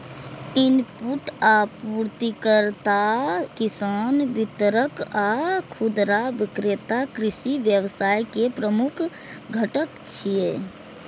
input आपूर्तिकर्ता, किसान, वितरक आ खुदरा विक्रेता कृषि व्यवसाय के प्रमुख घटक छियै